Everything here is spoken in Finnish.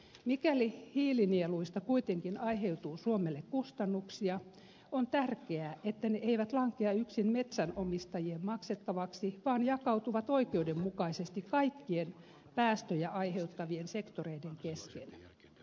mikäli hiilinieluista kuitenkin aiheutuu suomelle kustannuksia on tärkeää että ne eivät lankea yksin metsänomistajien maksettaviksi vaan jakautuvat oikeudenmukaisesti kaikkien päästöjä aiheuttavien sektoreiden kesken